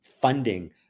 funding